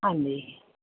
ਹਾਂਜੀ